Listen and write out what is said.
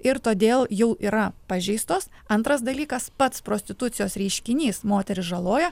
ir todėl jau yra pažeistos antras dalykas pats prostitucijos reiškinys moterys žaloja